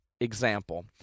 example